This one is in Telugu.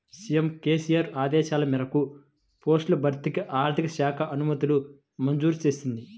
సీఎం కేసీఆర్ ఆదేశాల మేరకు పోస్టుల భర్తీకి ఆర్థిక శాఖ అనుమతులు మంజూరు చేసింది